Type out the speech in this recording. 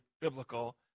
biblical